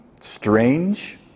strange